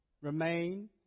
remain